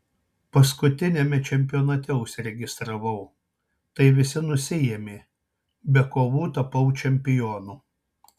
paskutiniame čempionate užsiregistravau tai visi nusiėmė be kovų tapau čempionu